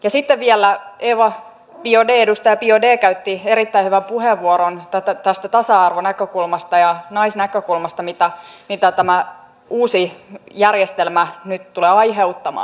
ja sitten vielä edustaja biaudet käytti erittäin hyvän puheenvuoron tasa arvonäkökulmasta ja naisnäkökulmasta siitä mitä tämä uusi järjestelmä nyt tulee aiheuttamaan